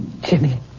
Jimmy